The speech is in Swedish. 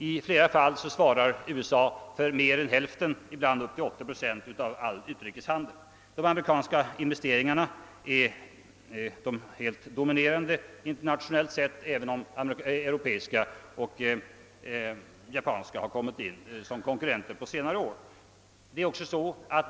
I flera fall svarar USA för mer än hälften, ibland upp till 30 procent av all utrikeshandel. De amerikanska investeringarna är de helt do minerande relativt sett, även om europeiska och japanska har kommit in som konkurrenter under senare år.